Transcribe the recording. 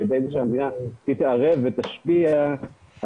אבל בסוף היום לאף חקלאי אין אינטרס להעסיק ישראלים בתנאים האלה.